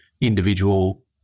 individual